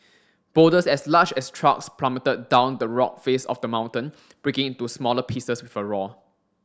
boulders as large as trucks plummeted down the rock face of the mountain breaking into smaller pieces with a roar